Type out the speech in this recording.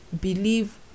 Believe